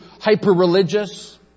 hyper-religious